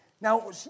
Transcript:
Now